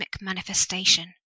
manifestation